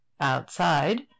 Outside